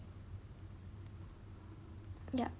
yup